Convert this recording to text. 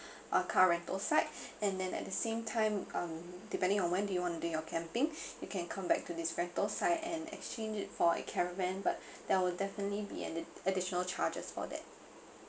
our car rental site and then at the same time um depending on when do you wanna doing your camping you can come back to this rental site and exchange it for a caravan but there will definitely be an additional charges for that